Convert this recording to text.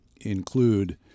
include